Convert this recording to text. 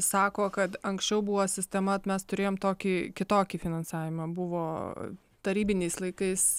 sako kad anksčiau buvo sistema mes turėjome tokį kitokį finansavimą buvo tarybiniais laikais